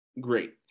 great